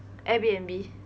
airbnb